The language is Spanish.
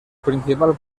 principal